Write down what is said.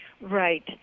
Right